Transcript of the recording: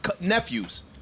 nephews